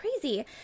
crazy